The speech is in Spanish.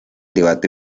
debate